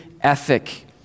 ethic